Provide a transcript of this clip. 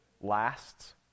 lasts